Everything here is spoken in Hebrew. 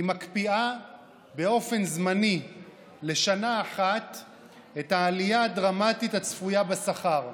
היא מקפיאה באופן זמני לשנה אחת את העלייה הדרמטית הצפויה בשכר,